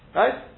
right